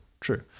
true